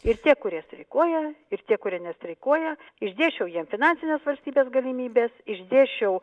ir tie kurie streikuoja ir tie kurie nestreikuoja išdėsčiau jiem finansines valstybės galimybes išdėsčiau